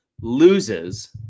loses